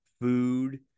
food